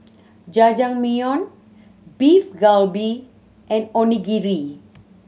Jajangmyeon Beef Galbi and Onigiri